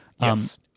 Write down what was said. Yes